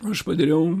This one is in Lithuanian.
o aš padariau